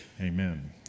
amen